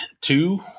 two